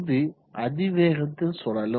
இது அதிவேகத்தில் சுழலும்